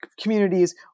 communities